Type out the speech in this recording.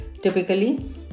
Typically